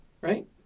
right